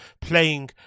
playing